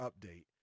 update